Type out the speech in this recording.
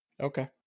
Okay